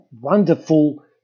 wonderful